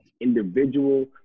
Individual